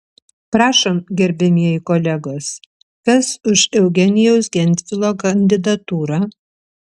prašom gerbiamieji kolegos kas už eugenijaus gentvilo kandidatūrą